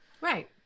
Right